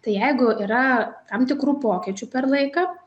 tai jeigu yra tam tikrų pokyčių per laiką